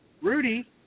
Rudy